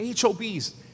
HOBs